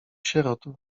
sierot